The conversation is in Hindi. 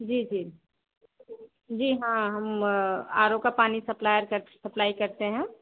जी जी जी हाँ हम आर ओ का पानी सप्लायर कर सप्लाई करते हैं